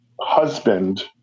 husband